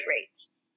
rates